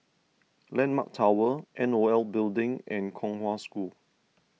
Landmark Tower N O L Building and Kong Hwa School